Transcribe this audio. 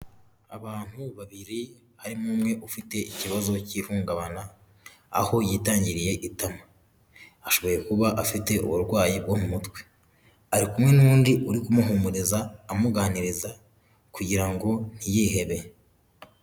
Abantu babiri arimo umwe ufite ikibazo cy'ihungabana aho yitangiriye itama ashoboye kuba afite uburwayi bwo mu mutwe, ari kumwe n'undi uri kumuhumuriza amuganiriza kugira ngo ntiyihebe.